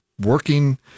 working